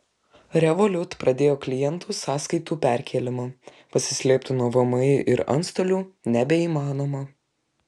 revolut pradėjo klientų sąskaitų perkėlimą pasislėpti nuo vmi ir antstolių nebeįmanoma